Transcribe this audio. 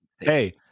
Hey